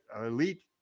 elite